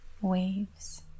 waves